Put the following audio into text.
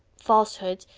falsehoods,